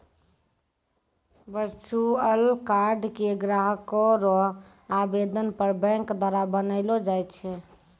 virtual card के ग्राहक रो आवेदन पर बैंक द्वारा बनैलो जाय छै